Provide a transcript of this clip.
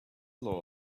lord